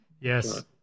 yes